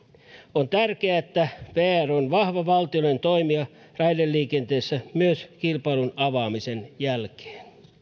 on tärkeää että vr on vahva valtiollinen toimija raideliikenteessä myös kilpailun avaamisen jälkeen